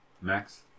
Max